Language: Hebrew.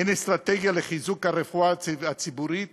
אין אסטרטגיה לחיזוק הרפואה הציבורית